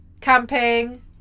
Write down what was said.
camping